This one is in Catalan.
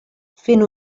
fent